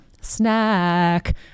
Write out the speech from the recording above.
snack